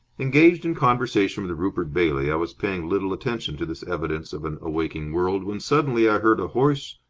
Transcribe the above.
engaged in conversation with rupert bailey, i was paying little attention to this evidence of an awakening world, when suddenly i heard a hoarse,